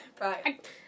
Right